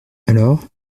alors